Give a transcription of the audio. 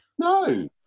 No